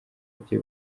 bye